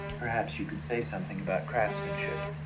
perhaps you can say something about craftsmanship?